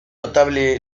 notable